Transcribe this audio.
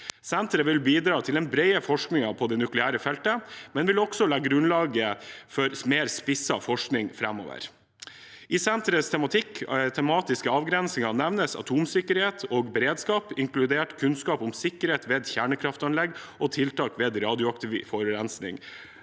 Senteret vil bidra til den brede forskningen på det nukleære feltet, men vil også legge grunnlaget for mer spisset forskning framover. I senterets tematiske avgrensning nevnes «atomsikkerhet og atomberedskap inkl. kunnskap om sikkerhet ved kjernekraftanlegg og tiltak ved radioaktiv forurensning»